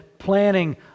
planning